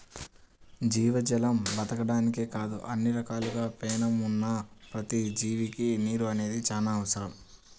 జీవజాలం బతకడానికే కాదు అన్ని రకాలుగా పేణం ఉన్న ప్రతి జీవికి నీరు అనేది చానా అవసరం